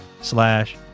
slash